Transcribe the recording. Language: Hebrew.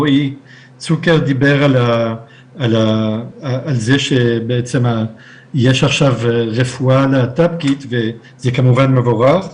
רועי צוקר דיבר על זה שבעצם יש עכשיו רפואה להט"בקית וזה כמובן מבורך,